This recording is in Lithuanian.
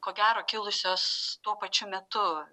ko gero kilusios tuo pačiu metu